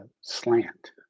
slant